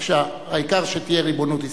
העיקר שתהיה ריבונות ישראלית.